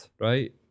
right